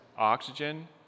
Oxygen